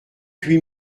huit